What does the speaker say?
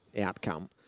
outcome